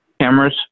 cameras